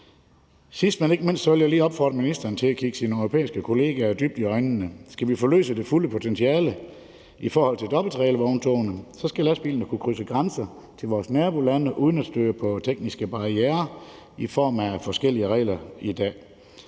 Sidst, men ikke mindst, vil jeg lige opfordre ministeren til at kigge sine europæiske kollegaer dybt i øjnene. Skal vi forløse det fulde potentiale i forhold til dobbelttrailervogntogene, skal lastbilerne kunne krydse grænserne til vores nabolande uden at støde på tekniske barrierer i form af forskellige regler som i dag.